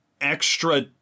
extra